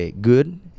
good